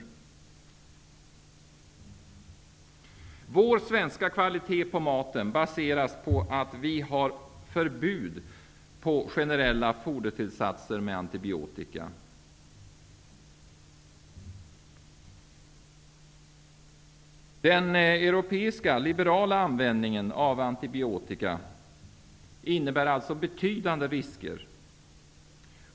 Kvaliteten på den svenska maten baseras på att vi har förbud mot generella fodertillsatser som innehåller antibiotika. Den europeiska, liberala, användningen av antibiotika innebär betydande risker.